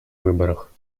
выборах